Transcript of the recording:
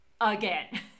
Again